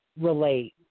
relate